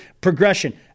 progression